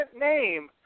name